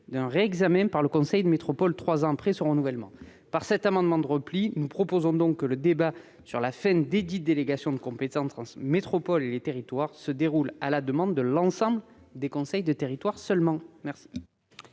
d'un réexamen par le conseil de métropole trois ans après son renouvellement. Par cet amendement, nous proposons que le débat sur la fin desdites délégations de compétences entre la métropole et les territoires se déroule seulement à la demande de l'ensemble des conseils de territoire. Madame